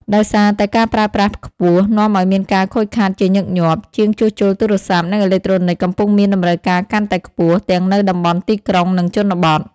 ដោយសារតែការប្រើប្រាស់ខ្ពស់ នាំឲ្យមានការខូចខាតជាញឹកញាប់។ ជាងជួសជុលទូរស័ព្ទ និងអេឡិចត្រូនិចកំពុងមានតម្រូវការកាន់តែខ្ពស់ ទាំងនៅតំបន់ទីក្រុង និងជនបទ។